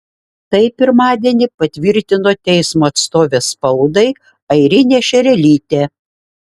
tai pirmadienį patvirtino teismo atstovė spaudai airinė šerelytė